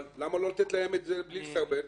למה לא לתת להם לתת קנס בלי לסרבל?